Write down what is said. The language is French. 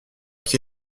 qui